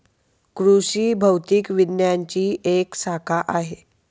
कृषि भौतिकी विज्ञानची एक शाखा आहे